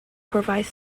provide